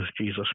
Jesus